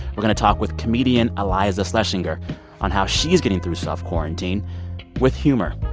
we're going to talk with comedian iliza shlesinger on how she is getting through self-quarantine with humor.